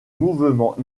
mouvements